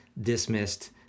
dismissed